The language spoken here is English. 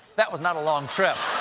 that was not a long trip.